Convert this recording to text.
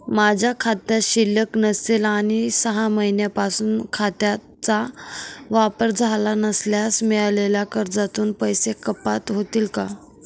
माझ्या खात्यात शिल्लक नसेल आणि सहा महिन्यांपासून खात्याचा वापर झाला नसल्यास मिळालेल्या कर्जातून पैसे कपात होतील का?